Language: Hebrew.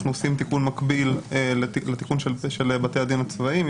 עושים תיקון מקביל לתיקון של בתי הדין הצבאיים,